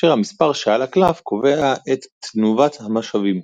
כאשר המספר שעל הקלף קובע את תנובת המשאבים.